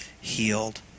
healed